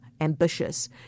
ambitious